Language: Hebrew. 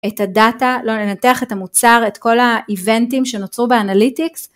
את הדאטה, לא לנתח את המוצר, את כל האיבנטים שנוצרו באנליטיקס.